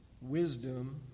wisdom